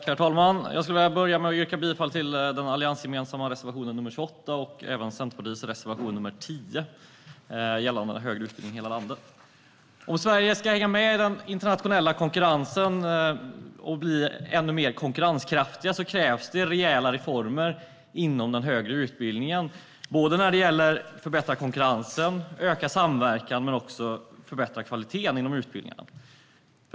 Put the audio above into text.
Herr talman! Jag vill börja med att yrka bifall till den alliansgemensamma reservationen nr 28 och även Centerpartiets reservation nr 10 gällande högre utbildning i hela landet. Om Sverige ska hänga med i den internationella konkurrensen och bli ännu mer konkurrenskraftigt krävs det rejäla reformer inom den högre utbildningen för att förbättra konkurrensen, öka samverkan och också förbättra kvaliteten inom utbildningen.